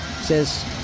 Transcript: says